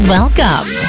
Welcome